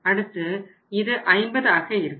அடுத்து இது 50ஆக இருக்கும்